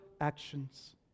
actions